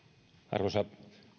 arvoisa